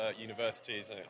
universities